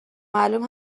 معلوم